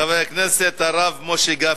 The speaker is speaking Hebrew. חבר הכנסת הרב משה גפני.